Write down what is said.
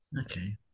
Okay